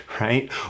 right